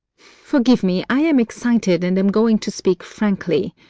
forgive me, i am excited and am going to speak frankly.